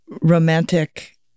romantic